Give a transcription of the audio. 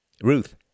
Ruth